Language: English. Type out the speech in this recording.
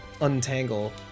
untangle